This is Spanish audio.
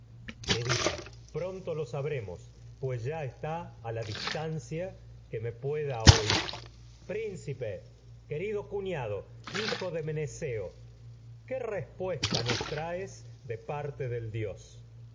edipo pronto cia sabremos pues ya está a distan que me pueda oír príncipe nos querido cuñado hijo de meneceo qué respuesta traes de parte del dios